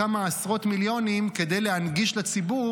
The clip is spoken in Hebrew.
כמה עשרות מיליונים כדי להנגיש לציבור